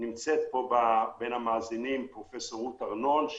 נמצאת פה בין המאזינים פרופ' רות ארנון,